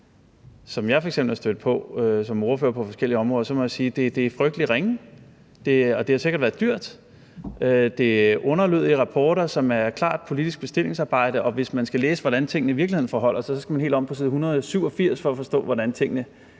som jeg f.eks. er stødt på som ordfører på forskellige områder, er frygtelig ringe, må jeg sige. Det har sikkert været dyrt. Det er underlødige rapporter, som er klart politisk bestillingsarbejde, og hvis man skal læse, hvordan tingene i virkeligheden forholder sig, skal man helt om på side 187 for at forstå, hvordan tingene